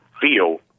feel